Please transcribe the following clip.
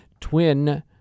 twin